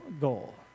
goal